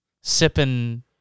Sipping